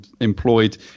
employed